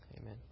Amen